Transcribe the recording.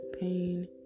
pain